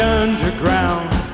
underground